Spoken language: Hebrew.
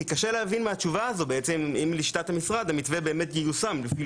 כי קשה להבין מהתשובה הזאת האם לשיטת המשרד המתווה באמת ייושם לפי